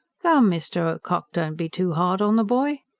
come, mr. ocock, don't be too hard on the boy.